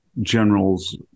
Generals